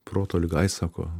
proto liga ai sako